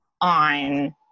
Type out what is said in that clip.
on